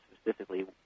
specifically